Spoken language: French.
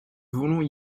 voulons